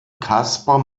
caspar